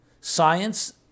Science